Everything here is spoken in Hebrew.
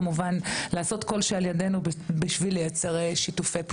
כמובן לעשות כל שעל ידינו בשביל לייצר שיתופי פעולה.